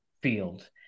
field